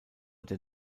der